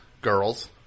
Girls